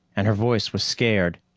and her voice was scared.